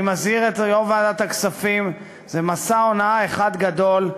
אני מזהיר את יושב-ראש ועדת הכספים: זה מסע הונאה אחד גדול.